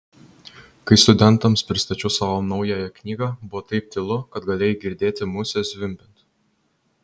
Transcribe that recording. kai studentams pristačiau savo naująją knygą buvo taip tylu kad galėjai girdėti musę zvimbiant